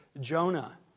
Jonah